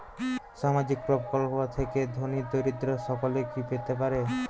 সামাজিক প্রকল্প থেকে ধনী দরিদ্র সকলে কি পেতে পারে?